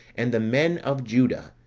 and the men of juda,